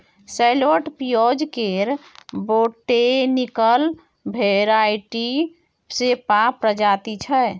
सैलोट पिओज केर botanical variety सेपा प्रजाति छै